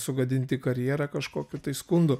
sugadinti karjerą kažkokiu tai skundu